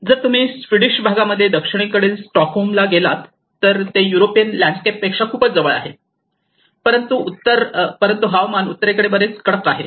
जर तुम्ही स्वीडिश भागामध्ये दक्षिणेकडील स्टॉकहोमला गेलात तर ते युरोपियन लँडस्केपपेक्षा खूपच जवळ आहे परंतु उत्तर हवामान बरेच कडक आहे